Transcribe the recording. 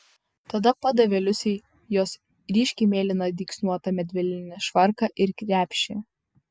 tada padavė liusei jos ryškiai mėlyną dygsniuotą medvilninį švarką ir krepšį